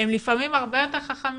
הם לפעמים הרבה יותר חכמים.